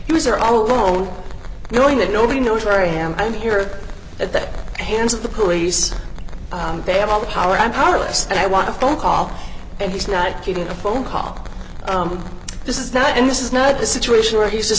he was there all alone knowing that nobody knows where am i am here at the hands of the police they have all the power and powerless and i want a phone call and he's not getting a phone call this is not and this is not a situation where he's just